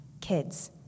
Kids